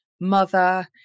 mother